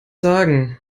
sagen